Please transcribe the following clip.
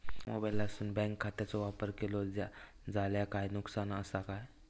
मोबाईलातसून बँक खात्याचो वापर केलो जाल्या काय नुकसान असा काय?